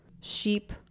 sheep